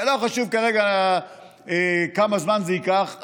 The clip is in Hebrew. ולא חשוב כרגע כמה זמן זה ייקח.